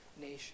nation